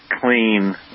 clean